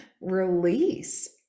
release